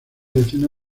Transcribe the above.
decena